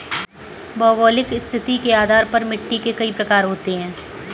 भौगोलिक स्थिति के आधार पर मिट्टी के कई प्रकार होते हैं